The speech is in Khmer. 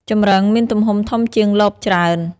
ចម្រឹងមានទំហំធំជាងលបច្រើន។